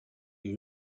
les